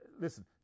listen